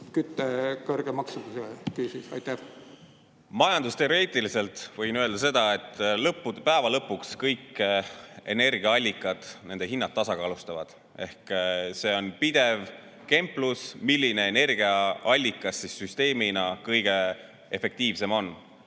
kõrge maksumuse küüsis? Majandusteoreetiliselt võin öelda, et päeva lõpuks kõigi energiaallikate hinnad tasakaalustuvad. Ehk see on pidev kemplus, milline energiaallikas süsteemis on kõige efektiivsem ja